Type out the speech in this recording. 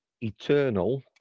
eternal